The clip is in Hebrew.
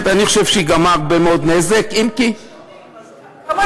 אני חושב שהיא גרמה הרבה מאוד נזק, אם כי, זה היה